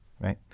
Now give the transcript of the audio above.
right